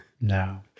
No